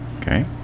okay